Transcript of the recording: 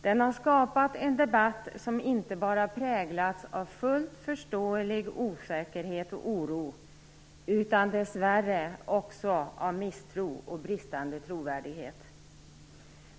Den har skapat en debatt som inte bara präglats av fullt förståelig osäkerhet och oro, utan dessvärre också av misstro och bristande trovärdighet.